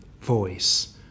voice